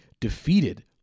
defeated